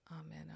Amen